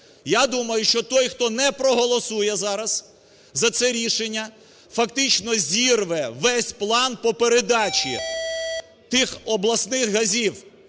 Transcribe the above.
Я думаю, що той, хто не проголосує зараз за це рішення, фактично зірве весь план по передачі тих обласних газів,